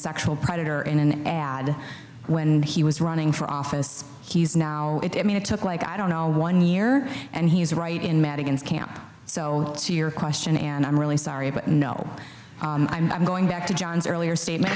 sexual predator in an ad when he was running for office he's now it it made it took like i don't know one year and he's right in madigan's camp so to your question and i'm really sorry but no i'm going back to john's earlier statement